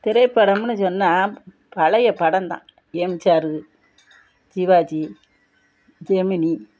திரைப்படம்னு சொன்னால் பழைய படம்தான் எம்ஜிஆர் சிவாஜி ஜெமினி